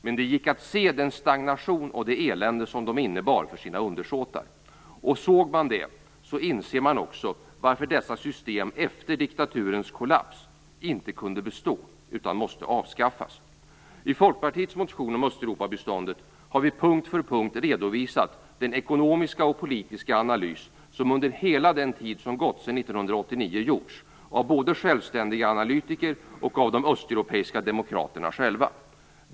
Men det gick att se den stagnation och det elände som de innebar för sina undersåtar. Såg man det inser man också varför dessa system efter diktaturens kollaps inte kunde bestå utan måste avskaffas. I Folkpartiets motion om Östeuropabiståndet har vi punkt för punkt redovisat den ekonomiska och politiska analys som under hela den tid som gått sedan 1989 gjorts av både självständiga analytiker och av de östeuropeiska demokraterna själva.